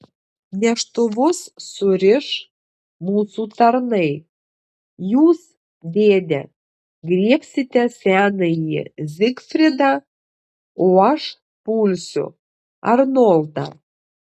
neštuvus suriš mūsų tarnai jūs dėde griebsite senąjį zigfridą o aš pulsiu arnoldą